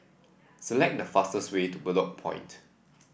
select the fastest way to Bedok Point